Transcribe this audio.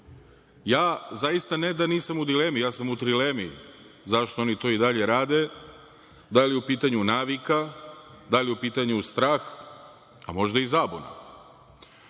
zaista ne da nisam u dilemi, ja sam u trilemi zašto oni to i dalje rade? Da li je u pitanju navika, da li je u pitanju strah, a možda i zabuna? Kada